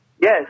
Yes